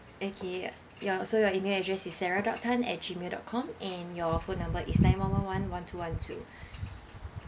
okay your so your email address is sarah dot tan at gmail dot com and your phone number is nine one one one one two one two